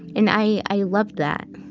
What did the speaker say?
and i i loved that.